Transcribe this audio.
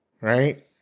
right